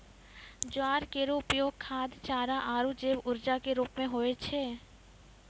ज्वार केरो उपयोग खाद्य, चारा आरु जैव ऊर्जा क रूप म होय छै